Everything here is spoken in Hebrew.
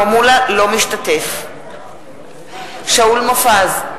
אינו משתתף בהצבעה שאול מופז,